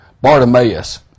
Bartimaeus